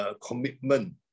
commitment